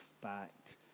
fact